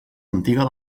antiga